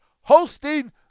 hosting